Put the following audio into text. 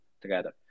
together